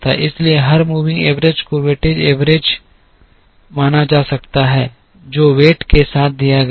इसलिए हर moving average को वेटेज एवरेज माना जा सकता है जो वेट के साथ दिया गया हो